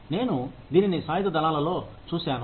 నేను దీనిని సాయుధ దళాలలోచూశాను